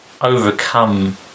overcome